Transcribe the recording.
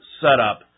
setup